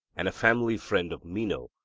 and a family friend of meno,